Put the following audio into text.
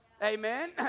amen